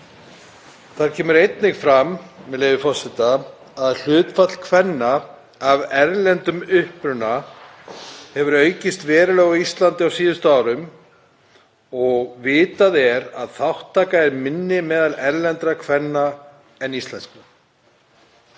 Þar kemur einnig fram að hlutfall kvenna af erlendum uppruna hefur aukist verulega á Íslandi á síðustu árum og vitað er að þátttaka er minni meðal erlendra kvenna en íslenskra.